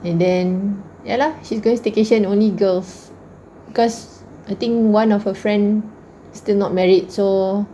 and then ya lah she's going staycation only girls cause I think one of her friend still not married so